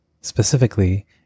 specifically